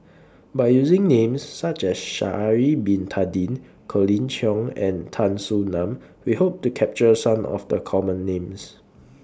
By using Names such as Sha'Ari Bin Tadin Colin Cheong and Tan Soo NAN We Hope to capture Some of The Common Names